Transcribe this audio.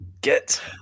Get